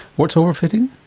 what's over-fitting?